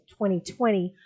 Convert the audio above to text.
2020